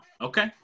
Okay